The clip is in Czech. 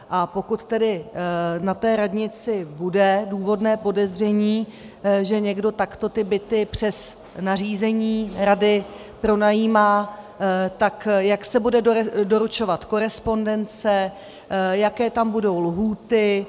A pokud tedy na té radnici bude důvodné podezření, že někdo takto ty byty přes nařízení rady pronajímá, tak jak se bude doručovat korespondence, jaké tam budou lhůty.